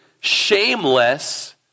shameless